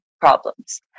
problems